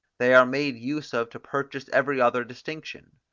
they are made use of to purchase every other distinction.